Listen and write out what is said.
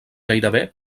gairebé